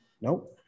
Nope